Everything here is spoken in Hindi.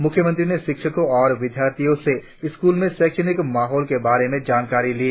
मुख्यमंत्री ने शिक्षको और विद्यार्थियो से स्कूल में शैक्षणिक माहौल के बारे में जानकारी ली